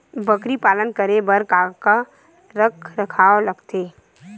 बकरी पालन करे बर काका रख रखाव लगथे?